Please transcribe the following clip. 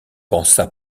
pensa